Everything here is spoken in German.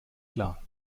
klar